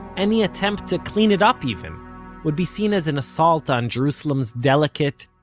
any attempt to clean it up even would be seen as an assault on jerusalem's delicate,